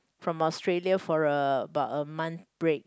from Australia for a about a month break